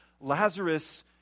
Lazarus